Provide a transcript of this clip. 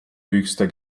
höchster